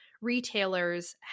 retailers